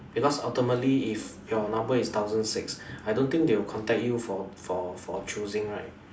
because ultimately if your number is thousand six I don't think they will contact you for for for choosing right